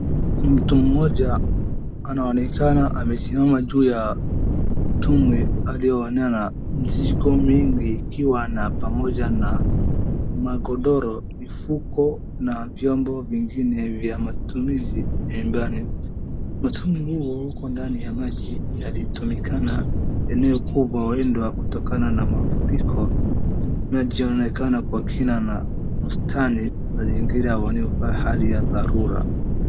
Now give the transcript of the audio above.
Mtu mmoja anaonekana amesimama juu ya mtumbwi [?] ikiwa pamoja na magondoro, mifuko na vyombo vingine vya matumizi ya nyumbani. mtumbwi huu uko ndani ya maji yalitumika na eneo kubwa huenda kutokana na mafuriko, maji yaonekana ya kina na ustani mazingira huonyesha hali ya dharura.